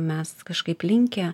mes kažkaip linkę